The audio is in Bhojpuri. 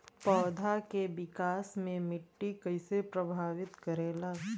पौधा के विकास मे मिट्टी कइसे प्रभावित करेला?